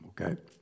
okay